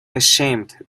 ashamed